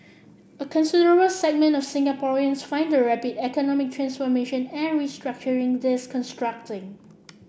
a considerable segment of Singaporeans find the rapid economic transformation and restructuring